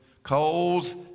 Coals